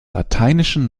lateinischen